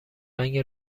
رنگ